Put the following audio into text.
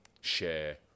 share